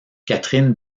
catherine